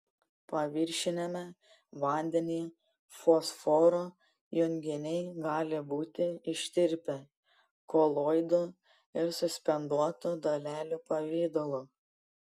paviršiniame vandenyje fosforo junginiai gali būti ištirpę koloidų ir suspenduotų dalelių pavidalo